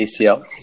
ACL